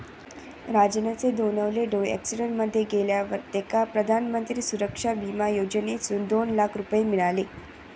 राजनचे दोनवले डोळे अॅक्सिडेंट मध्ये गेल्यावर तेका प्रधानमंत्री सुरक्षा बिमा योजनेसून दोन लाख रुपये मिळाले